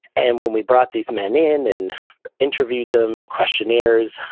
and when we brought these men in and interviewed them, questionnaires,